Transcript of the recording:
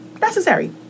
necessary